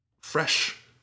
fresh